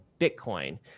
Bitcoin